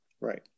Right